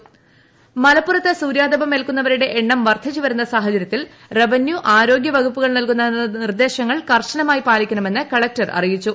മലപ്പുറം സൂര്യാതപഠ മലപ്പുറത്ത് സൂര്യാതപം ഏൽക്കുന്നവരുടെ എണ്ണം വർധിച്ചുവരുന്ന സാഹചര്യത്തിൽ റവന്യൂ ആരോഗ്യ വകുപ്പുകൾ നൽകുന്ന നിർദേശങ്ങൾ കർശനമായി പാലിക്കണമെന്ന് കലക്ടർ അറിയിച്ചു